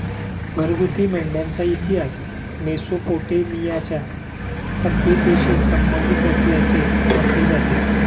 घरगुती मेंढ्यांचा इतिहास मेसोपोटेमियाच्या सभ्यतेशी संबंधित असल्याचे म्हटले जाते